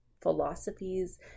philosophies